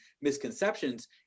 misconceptions